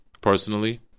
personally